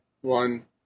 one